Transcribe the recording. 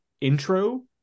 intro